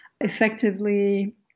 effectively